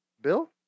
Bill